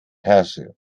herrsche